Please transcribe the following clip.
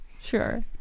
Sure